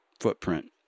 footprint